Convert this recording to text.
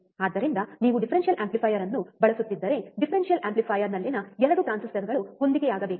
ಆದ್ದರಿಂದ ನೀವು differential amplifier ಅನ್ನು ಬಳಸುತ್ತಿದ್ದರೆ ಡಿಫರೆನ್ಷಿಯಲ್ ಆಂಪ್ಲಿಫೈಯರ್ನಲ್ಲಿನ 2 ಟ್ರಾನ್ಸಿಸ್ಟರ್ಗಳು ಹೊಂದಿಕೆಯಾಗಬೇಕು